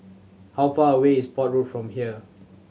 how far away is Port Road from here